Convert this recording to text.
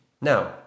now